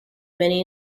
many